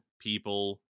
people